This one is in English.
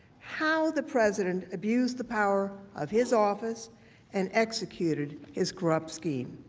how the president abused the power of his office and executed his corrupt scheme.